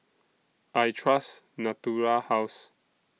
I Trust Natura House